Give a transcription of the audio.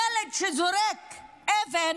ילד שזורק אבן